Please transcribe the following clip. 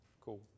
Cool